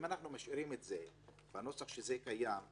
אם אנחנו משאירים את זה בנוסח שזה קיים,